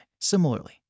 Similarly